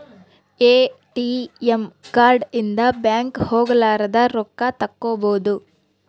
ATM card ಇಂದ bank ಹೋಗಲಾರದ ರೊಕ್ಕ ತಕ್ಕ್ಕೊಬೊದು